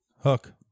Hook